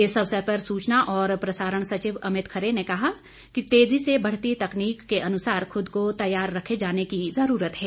इस अवसर पर सुचना और प्रसारण सचिव अमित खरे ने कहा कि तेजी से बढ़ती तकनीक के अनुसार खुद को तैयार रखे जाने की जरूरत है